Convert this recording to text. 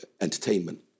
entertainment